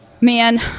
man